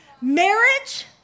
Marriage